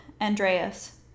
Andreas